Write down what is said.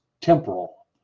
temporal